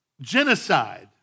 Genocide